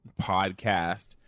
podcast